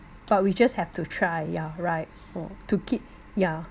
but we just have to try you're right lor to keep ya